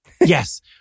Yes